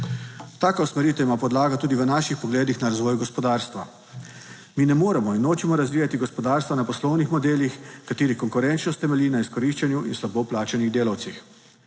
Taka usmeritev ima podlago tudi v naših pogledih na razvoj gospodarstva. Mi ne moremo in nočemo razvijati gospodarstva na poslovnih modelih, katerih konkurenčnost temelji na izkoriščanju in slabo plačanih delavcih.